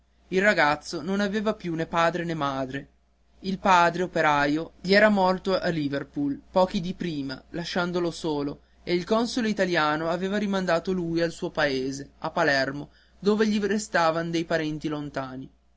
il ragazzo non aveva più né padre né madre il padre operaio gli era morto a liverpool pochi dì prima lasciandolo solo e il console italiano aveva rimandato lui al suo paese a palermo dove gli restavan dei parenti lontani